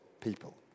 people